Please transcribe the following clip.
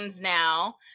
now